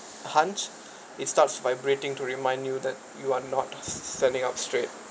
hunch it starts vibrating to remind you that you are not standing up straight